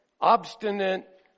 obstinate